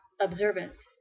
observance